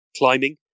climbing